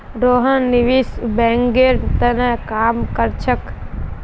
रोहन निवेश बैंकिंगेर त न काम कर छेक